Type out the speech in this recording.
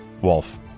Wolf